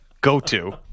go-to